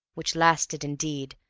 which lasted, indeed,